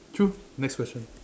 true next question